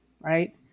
right